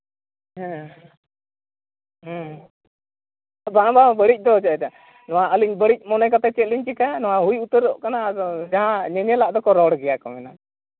ᱦᱮᱸ ᱦᱮᱸ ᱵᱟᱝ ᱵᱟᱝ ᱵᱟᱹᱲᱤᱡ ᱫᱚ ᱪᱮᱫ ᱞᱮᱠᱟ ᱡᱮᱢᱚᱱ ᱟᱹᱞᱤᱧ ᱵᱟᱹᱲᱤᱡ ᱢᱚᱱᱮ ᱠᱟᱛᱮᱫ ᱪᱮᱫ ᱞᱤᱧ ᱪᱤᱠᱟᱹᱭᱟ ᱱᱚᱣᱟ ᱦᱩᱭ ᱩᱛᱟᱹᱨᱚᱜ ᱠᱟᱱᱟ ᱟᱨ ᱡᱟᱦᱟᱸ ᱧᱮᱧᱮᱞᱟᱜ ᱫᱚᱠᱚ ᱨᱚᱲ ᱜᱮᱭᱟ ᱢᱮᱱᱟ